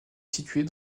située